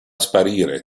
sparire